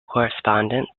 correspondence